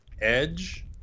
Edge